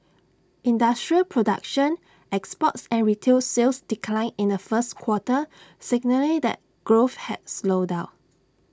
industrial production exports and retail sales declined in the first quarter signalling that growth had slowed down